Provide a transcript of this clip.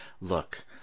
look